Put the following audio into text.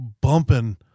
bumping